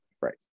Right